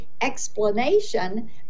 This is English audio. explanation